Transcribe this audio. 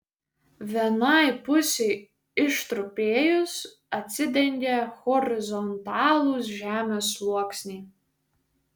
vienai pusei ištrupėjus atsidengė horizontalūs žemės sluoksniai